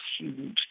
huge